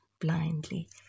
blindly